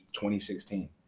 2016